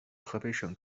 河北省